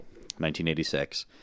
1986